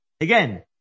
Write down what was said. Again